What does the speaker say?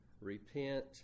repent